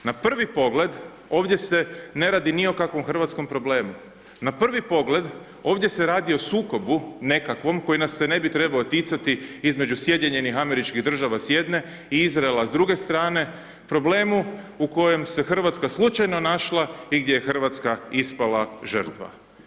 Na prvi pogled, ovdje se ne radi ni o kakvom hrvatskom problemu na prvi pogled ovdje se radi o sukobu nekakvom koji nas se ne bi trebao ticati između SAD-a s jedne i Izraela s druge strane problemu u kojem se Hrvatska slučajno našla i gdje je Hrvatska ispala žrtva.